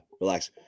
relax